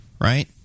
right